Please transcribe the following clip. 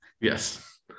Yes